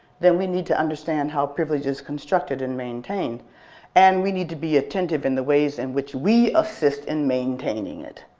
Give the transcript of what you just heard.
then we need to understand how privilege is constructed and maintained and we need to be attentive to the ways in which we assist in maintaining it,